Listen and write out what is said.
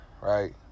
right